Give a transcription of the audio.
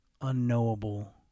unknowable